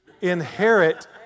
inherit